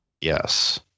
yes